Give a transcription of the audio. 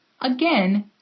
again